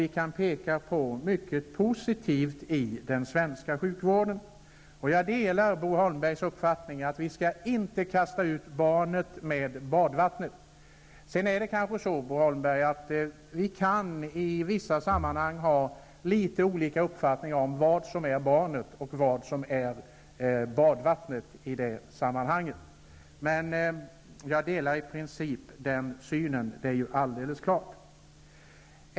Det finns mycket positivt att peka på i den svenska sjukvården. Jag delar Bo Holmbergs uppfattning att vi inte skall kasta ut barnet med badvattnet. Sedan kan vi, Bo Holmberg, ibland ha olika uppfattning om vad som är barnet och vad som är badvattnet. Men i princip delar jag den synen.